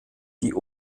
die